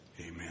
Amen